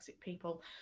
people